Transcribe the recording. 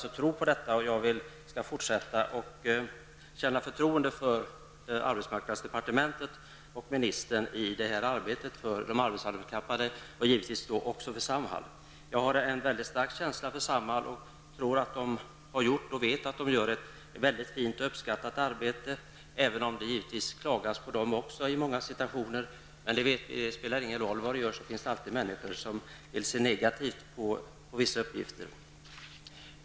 Jag tror på detta, och jag skall fortsätta att känna förtroende för arbetsmarknadsdepartementet och ministern i arbetet för de arbetshandikappade -- givetvis också då för Samhall. Jag har en stark känsla för Samhall, och jag vet att Samhall gör ett fint och uppskattat arbete, även om det även klagas på Samhall i många situationer. Men oavsett vad som görs finns det alltid människor som vill se negativt på vissa uppgifter.